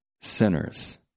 sinners